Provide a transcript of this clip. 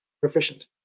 proficient